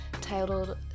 titled